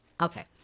Okay